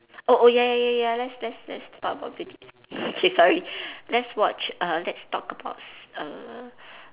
oh oh ya ya ya ya let's let's let's talk about beauty okay sorry let's watch err let's talk about s~ err